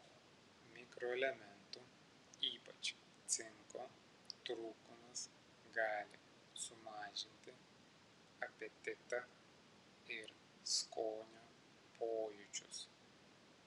mikroelementų ypač cinko trūkumas gali sumažinti apetitą ir skonio pojūčius